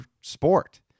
sport